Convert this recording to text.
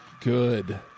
Good